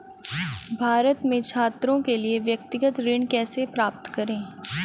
भारत में छात्रों के लिए व्यक्तिगत ऋण कैसे प्राप्त करें?